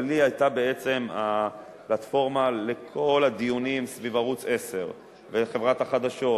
אבל היא היתה בעצם הפלטפורמה לכל הדיונים סביב ערוץ-10 וחברת החדשות,